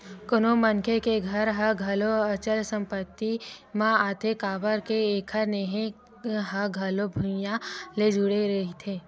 कोनो मनखे के घर ह घलो अचल संपत्ति म आथे काबर के एखर नेहे ह घलो भुइँया ले जुड़े रहिथे